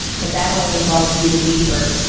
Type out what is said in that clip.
but that only involves you the deeper.